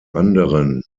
anderen